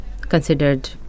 considered